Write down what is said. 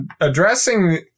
addressing